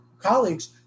colleagues